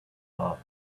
off